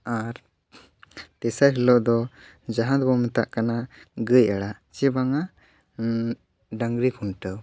ᱟᱨ ᱛᱮᱥᱟᱨ ᱦᱤᱞᱳᱜ ᱫᱚ ᱡᱟᱦᱟᱸ ᱫᱚᱵᱚᱱ ᱢᱮᱛᱟᱜ ᱠᱟᱱᱟ ᱜᱟᱹᱭ ᱟᱲᱟᱜ ᱥᱮᱵᱟᱝᱟ ᱰᱟᱝᱨᱤ ᱠᱷᱩᱱᱴᱟᱹᱣ